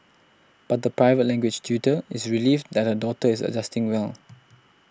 but the private language tutor is relieved that her daughter is adjusting well